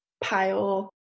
pile